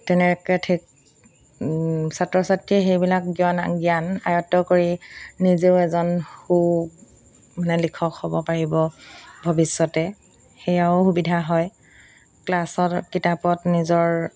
তেনেকৈ ঠিক ছাত্ৰ ছাত্ৰীয়ে সেইবিলাক জ্ঞা জ্ঞান আয়ত্ব কৰি নিজেও এজন সু মানে লিখক হ'ব পাৰিব ভৱিষ্যতে সেয়াও সুবিধা হয় ক্লাছৰ কিতাপত নিজৰ